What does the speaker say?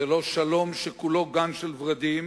זה לא שלום שכולו גן של ורדים,